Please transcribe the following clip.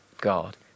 God